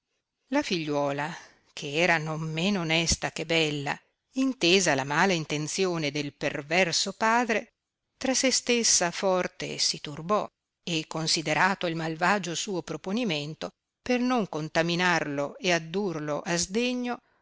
la figliuola che era non men onesta che bella intesa la mala intenzione del perverso padre tra se stessa forte si turbò e considerato il malvagio suo proponimento per non contaminarlo ed addurlo a sdegno